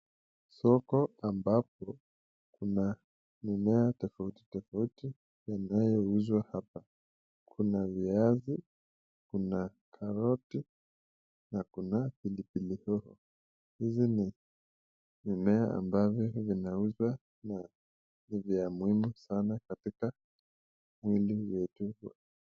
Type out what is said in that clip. Soko ambapo kuna mimea tofauti tofauti yanaouzwa hapa. Kuna viazi kuna karoti na kuna pilipili hoho. Hizi ni mimea ambavyo vinazouzwa na ni vya muhimu sana katika mwili wetu.